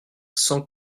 cent